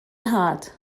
nhad